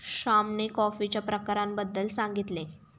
श्यामने कॉफीच्या प्रकारांबद्दल सांगितले